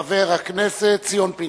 חבר הכנסת ציון פיניאן.